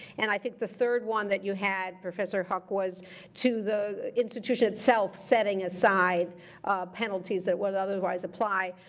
and i think the third one that you had, professor huq, was to the institution itself setting aside penalties that would otherwise apply.